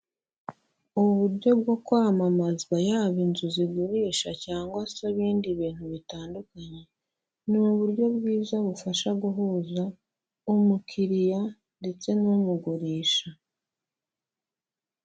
Ubu buryo bwo kwamamazwa yaba inzu zigurisha cyangwa se ibindi bintu bitandukanye, ni uburyo bwiza bufasha guhuza umukiriya ndetse n'umugurisha.